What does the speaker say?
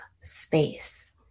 space